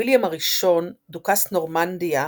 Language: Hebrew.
ויליאם הראשון, דוכס נורמנדיה,